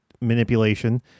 manipulation